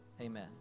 Amen